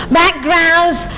backgrounds